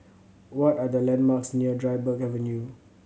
what are the landmarks near Dryburgh Avenue